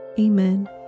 Amen